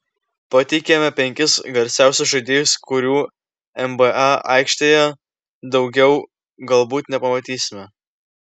pateikiame penkis garsiausius žaidėjus kurių nba aikštėje daugiau galbūt nepamatysime